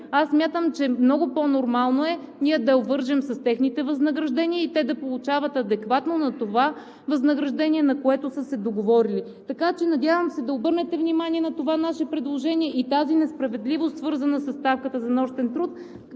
Аз смятам, че е много по-нормално да я обвържем с техните възнаграждения и да получават адекватно на това възнаграждение, на което са се договорили. Така че се надявам да обърнете внимание на това наше предложение и тази несправедливост, свързана със ставката за нощен труд,